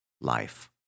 Life